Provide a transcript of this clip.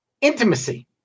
intimacy